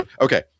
okay